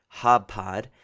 HobPod